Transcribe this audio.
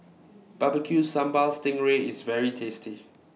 Barbecue Sambal Sting Ray IS very tasty